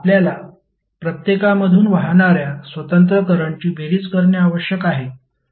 आपल्याला प्रत्येकामधून वाहणार्या स्वतंत्र करंटची बेरीज करणे आवश्यक आहे